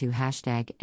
hashtag